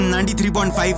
93.5